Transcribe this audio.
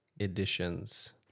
editions